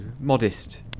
modest